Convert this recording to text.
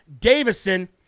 Davison